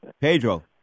Pedro